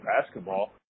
basketball